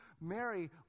Mary